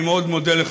אני מאוד מודה לך,